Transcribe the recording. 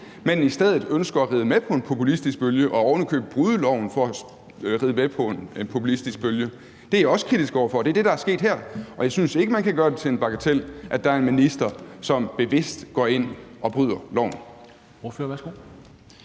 men i stedet ønsker at ride med på en populistisk bølge og ovenikøbet bryde loven for at ride med på en populistisk bølge. Det er jeg også kritisk over for, og det er det, der er sket her, og jeg synes ikke, man kan gøre det til en bagatel, at der er en minister, som bevidst går ind og bryder loven.